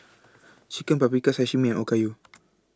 Chicken Paprikas Sashimi Okayu